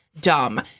dumb